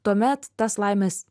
tuomet tas laimės